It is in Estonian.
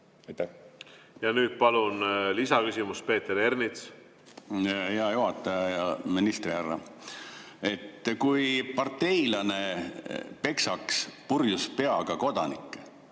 Ja nüüd palun lisaküsimus, Peeter Ernits! Hea juhataja! Hea ministrihärra! Kui parteilane peksaks purjus peaga kodanikke,